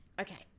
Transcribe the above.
okay